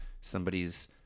somebody's